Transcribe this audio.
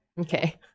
Okay